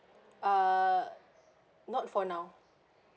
err not for now